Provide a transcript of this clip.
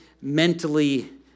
mentally